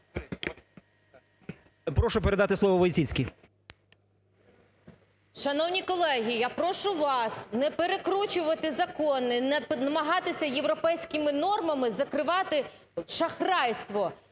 Прошу передати слово Войціцькій. 12:04:27 ВОЙЦІЦЬКА В.М. Шановні колеги, я прошу вас не перекручувати закони, не намагатися європейськими нормами закривати шахрайство.